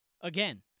Again